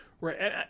Right